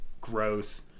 growth